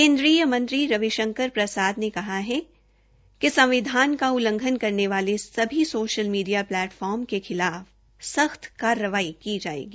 केन्द्रीय मंत्री रवि शंकर प्रसाद ने कहा है कि संविधान का उल्लंघन करने वाले सभी सोशल मीडिया प्लैटफार्म के खिलाफ सख्त कार्रवाई की जायेगी